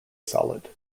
solid